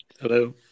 Hello